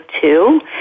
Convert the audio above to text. two